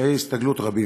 וקשיי הסתגלות רבים.